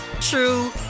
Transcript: true